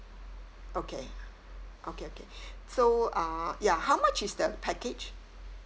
okay okay okay so uh ya how much is the package